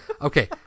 Okay